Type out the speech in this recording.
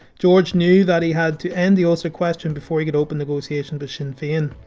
george knew that he had to end the ulster question before he could open negotiations with sinn fein.